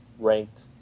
ranked